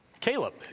Caleb